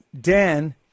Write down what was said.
Dan